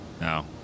no